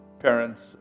Parents